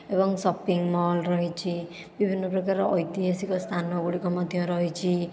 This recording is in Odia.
ଏବଂ ସପିଙ୍ଗ ମଲ୍ ରହିଛି ବିଭିନ୍ନ ପ୍ରକାରର ଐତିହାସିକ ସ୍ଥାନ ଗୁଡ଼ିକ ମଧ୍ୟ ରହିଛି